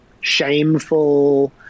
shameful